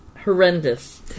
horrendous